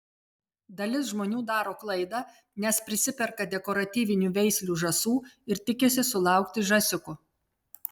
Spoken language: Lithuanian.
dalis žmonių daro klaidą nes prisiperka dekoratyvinių veislių žąsų ir tikisi sulaukti žąsiukų